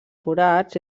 forats